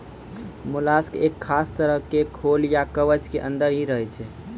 mollusc एक खास तरह के खोल या कवच के अंदर हीं रहै छै